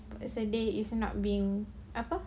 sedih esok nak pergi apa